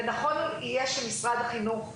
ונכון יהיה שמשרד החינוך יסייע,